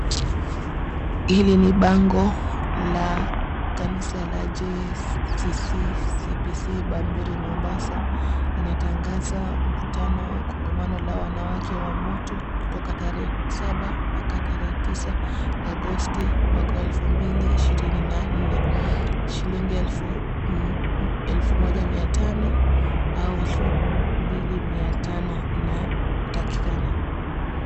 Hili ni bango la kanisa la JSCCPC Bamburi Mombasa linatangaza mkutano na kongamano ya wanawakewa moto kutoka tarehe saba mpaka tarehe tisa mwezi wa Agosti mwaka wa elfu mbili ishirina na nne shilingi elfu moja mia tano ama shilingi elfu mbili inatakikana